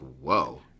whoa